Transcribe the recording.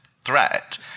threat